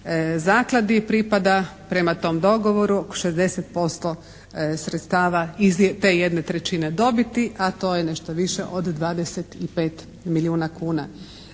Zakladi pripada prema tom dogovoru 60% sredstava iz te 1/3 dobiti a to je nešto više od 25 milijuna kuna.